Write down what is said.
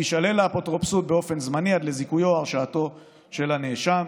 תישלל האפוטרופסות באופן זמני עד לזיכויו או הרשעתו של הנאשם,